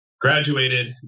Graduated